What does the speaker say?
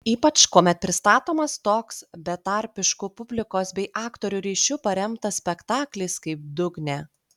ypač kuomet pristatomas toks betarpišku publikos bei aktorių ryšiu paremtas spektaklis kaip dugne